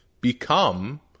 become